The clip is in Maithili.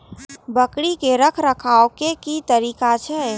बकरी के रखरखाव के कि तरीका छै?